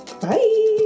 Bye